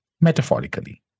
metaphorically